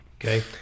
Okay